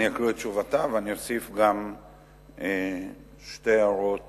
אני אקריא את תשובתה ואוסיף גם שתי הערות